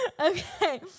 Okay